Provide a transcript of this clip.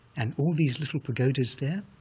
and all these little pagodas there,